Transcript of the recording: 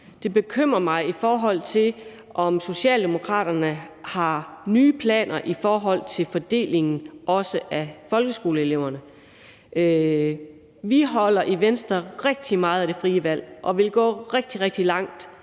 Det bekymrer mig, i forhold til om Socialdemokraterne har nye planer i forhold til fordelingen også af folkeskoleeleverne. Vi holder i Venstre rigtig meget af det frie valg og vil gå rigtig, rigtig